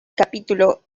capítulo